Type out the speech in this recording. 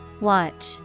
Watch